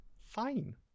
fine